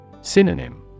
Synonym